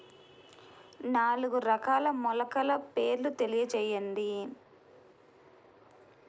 నాలుగు రకాల మొలకల పేర్లు తెలియజేయండి?